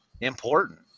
important